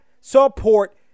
support